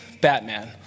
Batman